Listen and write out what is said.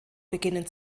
beginnen